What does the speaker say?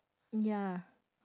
ya